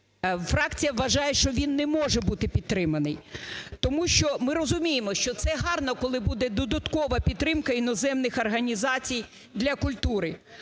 Фракція вважає, що він не може бути підтриманий, тому що ми розуміємо, що це гарно, коли буде додаткова підтримка іноземних організацій для культури.